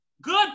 Good